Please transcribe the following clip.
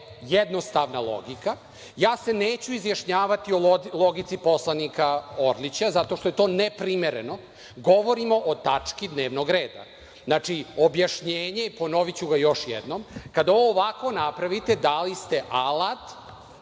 jednostavna logika. Neću se izjašnjavati o logici poslanika Orlića zato što je to neprimereno. Govorimo o tački dnevnog reda. Znači, objašnjenje, ponoviću ga još jednom, kada ovo ovako napravite dali ste alat